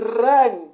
run